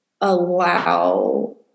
allow